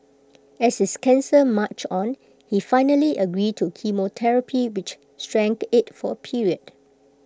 as his cancer marched on he finally agreed to chemotherapy which shrank IT for A period